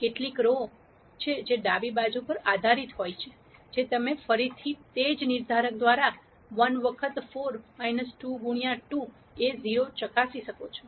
કેટલીક રો છે જે ડાબી બાજુ પર આધારીત હોય છે જે તમે ફરીથી તે જ નિર્ધારક દ્વારા 1 વખત 4 2 ગુણ્યા 2 એ 0 ચકાસી શકો છો